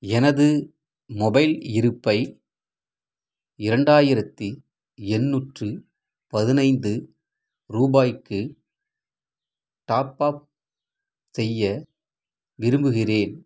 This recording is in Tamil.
எனது மொபைல் இருப்பை இரண்டாயிரத்தி எண்ணூற்று பதினைந்து ரூபாய்க்கு டாப் அப் செய்ய விரும்புகிறேன்